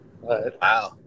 Wow